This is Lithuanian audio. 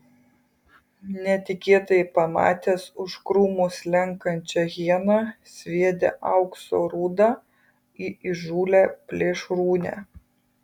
netikėtai pamatęs už krūmų slenkančią hieną sviedė aukso rūdą į įžūlią plėšrūnę